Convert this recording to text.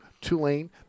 Tulane